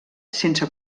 sense